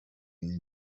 این